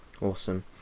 awesome